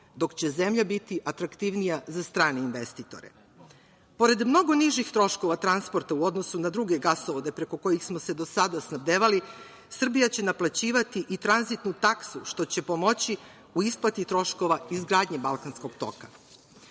dok će zemlja biti atraktivnija za strane investitore. Pored mnogo nižih troškova transporta u odnosu na druge gasovode preko kojih smo se do sada snabdevali Srbija će naplaćivati i tranzitnu taksu što će pomoći u isplati troškova izgradnje Balkanskog toga. Kada